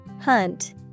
Hunt